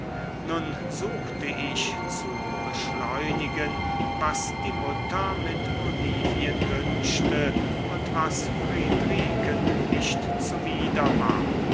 nun suchte ich zu beschleunigen was die mutter mit olivien wünschte und was friedriken nicht zuwider war